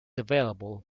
available